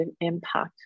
impact